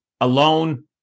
alone